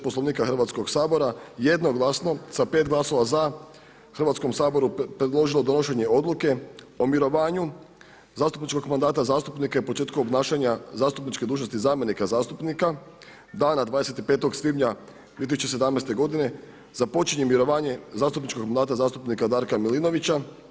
Poslovnika Hrvatskog sabora jednoglasno s 5 glasova za Hrvatskom saboru predložilo donošenje odluke o mirovanju zastupničkog mandata zastupnika i početku obnašanja zastupničke dužnosti zamjenika zastupnika dana 25. svibnja 2017. godine započinje mirovanje zastupničkog mandata zastupnika Darka Milinovića.